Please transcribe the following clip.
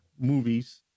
movies